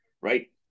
right